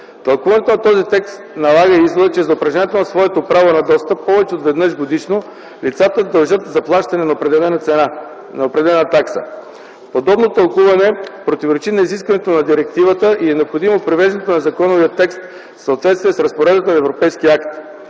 Тълкуването на този текст налага извода, че за упражняването на своето право на достъп повече от веднъж годишно, лицата дължат заплащане на определена такса. Подобно тълкуване противоречи на изискването на директивата и е необходимо привеждането на законовия текст в съответствие с разпоредбата на европейския акт.